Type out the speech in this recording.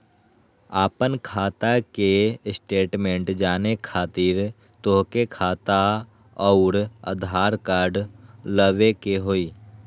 आपन खाता के स्टेटमेंट जाने खातिर तोहके खाता अऊर आधार कार्ड लबे के होइ?